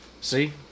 See